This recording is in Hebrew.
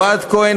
אוהד כהן,